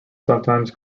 sometimes